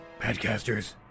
podcasters